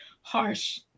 harsh